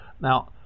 Now